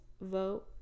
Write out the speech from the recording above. vote